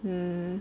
mm